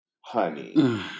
honey